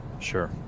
Sure